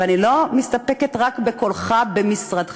אבל אני לא מסתפקת רק בקולך, במשרדך.